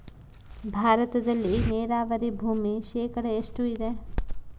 ಭಾರತದಲ್ಲಿ ನೇರಾವರಿ ಭೂಮಿ ಶೇಕಡ ಎಷ್ಟು ಇದೆ?